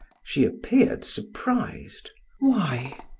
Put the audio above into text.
she appeared surprised why?